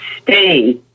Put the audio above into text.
stay